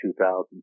2000